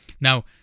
Now